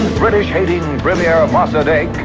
british-hating premier, mossadegh,